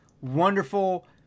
wonderful